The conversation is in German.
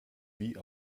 wie